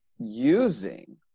using